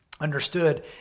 understood